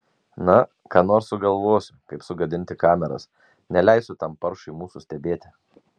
na ką nors sugalvosiu kaip sugadinti kameras neleisiu tam paršui mūsų stebėti